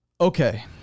Okay